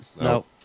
No